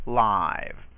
live